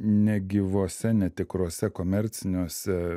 negyvuose netikruose komerciniuose